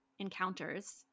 encounters